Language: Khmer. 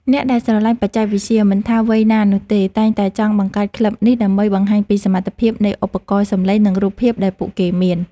អ្នកដែលស្រឡាញ់បច្ចេកវិទ្យា មិនថាវ័យណានោះទេ តែងតែចង់បង្កើតក្លឹបនេះ ដើម្បីបង្ហាញពីសមត្ថភាពនៃឧបករណ៍សំឡេង និងរូបភាពដែលពួកគេមាន។